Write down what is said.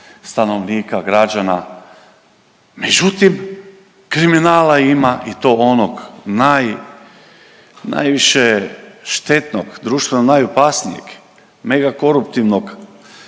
stanovnika, građana. Međutim, kriminala ima i to onog naj, najviše štetnog društveno najopasnijeg, megakoruptivnog.